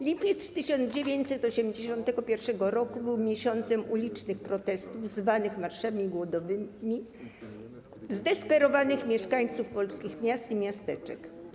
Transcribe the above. Lipiec 1981 roku był miesiącem ulicznych protestów zwanych marszami głodowymi zdesperowanych mieszkańców polskich miast i miasteczek.